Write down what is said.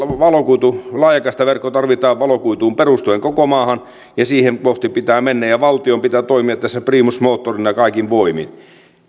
laajakaistaverkko tarvitaan valokuituun perustuen koko maahan ja sitä kohti pitää mennä ja valtion pitää toimia tässä primus motorina kaikin voimin